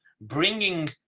bringing